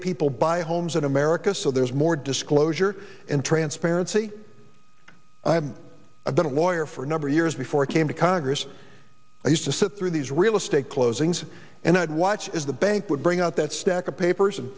people buy homes in america so there's more disclosure and transparency i have i've been a lawyer for a number of years before i came to congress i used to sit through these real estate closings and i would watch as the bank would bring out that stack of papers and